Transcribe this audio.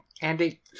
Andy